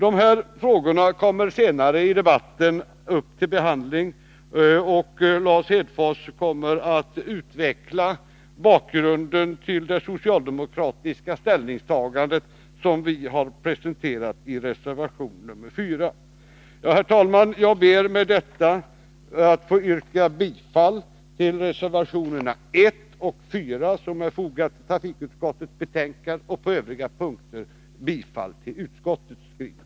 Dessa kommer senare i debatten att tas upp till behandling, och Lars Hedfors kommer att utveckla bakgrunden till det socialdemokratiska ställningstagandet, som vi har presenterat i reservation 4. Herr talman! Jag ber att med detta få yrka bifall till reservationerna 1 och 4 som är fogade vid trafikutskottets betänkande och på övriga punkter bifall till utskottets hemställan.